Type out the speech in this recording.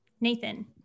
Nathan